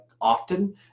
often